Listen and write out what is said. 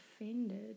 offended